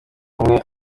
umwe